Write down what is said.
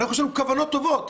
יש לנו כוונות טובות,